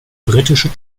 britische